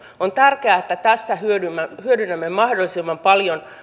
on tärkeää että tässä hyödynnämme hyödynnämme mahdollisimman paljon